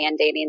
mandating